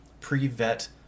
pre-vet